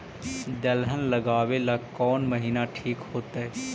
दलहन लगाबेला कौन महिना ठिक होतइ?